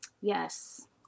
Yes